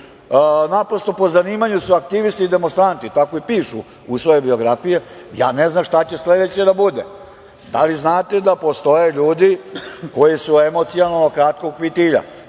naprosto po zanimanju su aktivisti i demonstranti, tako i pišu u svoje biografije. Ne znam šta će sledeće da bude. Da li znate da postoje ljudi koji su emocionalno kratkog fitilja?